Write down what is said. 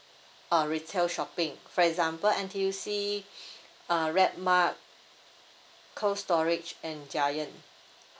uh retail shopping for example N_T_U_C uh redmart cold storage and giant